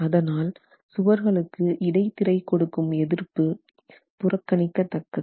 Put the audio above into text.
அதனால் சுவர்களுக்கு இடைத்திரை கொடுக்கும் எதிர்ப்பு புறக்கணிக்க தக்கது